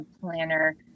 planner